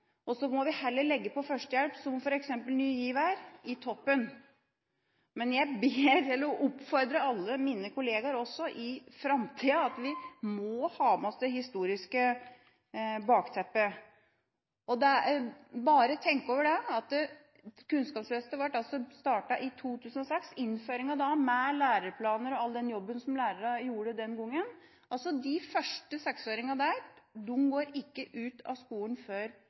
Så må vi heller legge til førstehjelp, som f.eks. Ny GIV er, på toppen. Jeg oppfordrer alle mine kolleger – også i framtida – til å ta med seg det historiske bakteppet. Tenk over at Kunnskapsløftet ble startet i 2006 – med innføring av læreplaner og all den jobben som lærerne gjorde den gangen. De første seksåringene derfra går ikke ut av tiendeklasse før